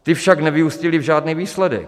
Ty však nevyústily v žádný výsledek.